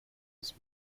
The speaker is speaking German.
ist